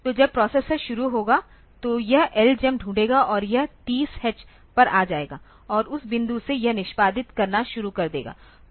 तो जब प्रोसेसर शुरू होगा तो यह LJMP ढूंढेगा और यह 30 h पर आ जाएगा और उस बिंदु से यह निष्पादित करना शुरू कर देगा